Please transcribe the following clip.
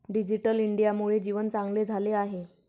digital इंडियामुळे जीवन चांगले झाले आहे